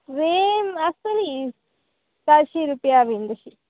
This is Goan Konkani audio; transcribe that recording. वेम आसतली चारशीं रुपया बीन तशीं